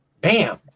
bam